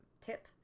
tip